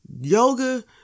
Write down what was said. yoga